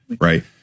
Right